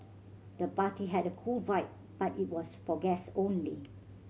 the party had a cool vibe but it was for guest only